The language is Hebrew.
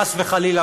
חס וחלילה,